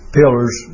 pillars